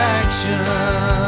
action